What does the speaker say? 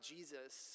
Jesus